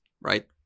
right